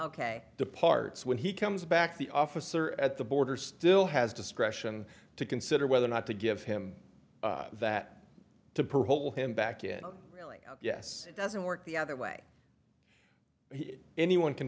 departs when he comes back the officer at the border still has discretion to consider whether or not to give him that to parole him back in really yes it doesn't work the other way anyone can